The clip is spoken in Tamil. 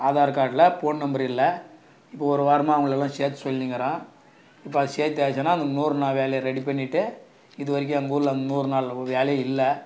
ஆதார் கார்டில் ஃபோன் நம்பர் இல்லை இப்போ ஒரு வாரமாக அவங்களலாம் சேர்க்க சொல்லிருக்குறேன் இப்போ அது சேர்த்தாச்சின்னா அந்த நூறு நாள் வேலையை ரெடி பண்ணிவிட்டு இதுவரைக்கும் எங்கூரில் அந்த நூறு நாள் வேலையே இல்லை